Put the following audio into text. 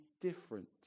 different